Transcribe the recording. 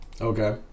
Okay